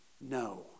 no